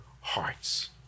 hearts